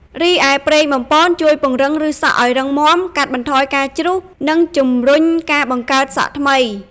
រីឯ ប្រេងបំប៉នជួយពង្រឹងឫសសក់ឲ្យរឹងមាំ កាត់បន្ថយការជ្រុះ និងជំរុញការបង្កើតសក់ថ្មី។